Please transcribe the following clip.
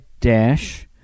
dash